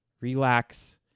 relax